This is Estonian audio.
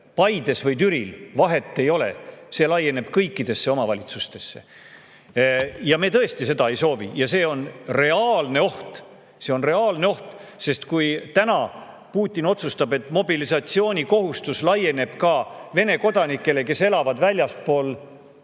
Paides või Türil, vahet ei ole, see laieneb kõikidesse omavalitsustesse. Me tõesti seda ei soovi. See [õigus] on reaalne oht. See on reaalne oht! Sest kui Putin otsustab, et mobilisatsioonikohustus laieneb ka Vene kodanikele, kes elavad väljaspool